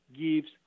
gives